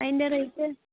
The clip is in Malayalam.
അതിൻ്റെ റേറ്റ്